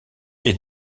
est